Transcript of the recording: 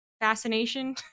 fascination